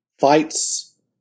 fights